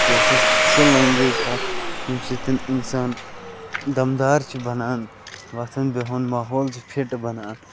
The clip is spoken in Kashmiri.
یہِ ہسا چھِ سۄ لینگویج اکھ ییٚمہِ سۭتۍ اِنسان دَم دار چھُ بَنان ووتھُن بِہُن ماحول چھُ فِٹ بَنان